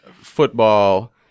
football